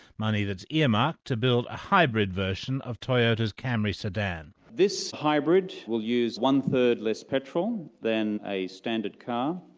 money that's ear-marked to build a hybrid version of toyota's camry sedan. this hybrid will use one-third less petrol than a standard car,